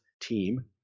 team